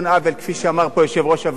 כפי שאמר פה יושב-ראש הוועדה,